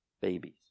babies